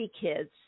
kids